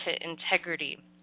integrity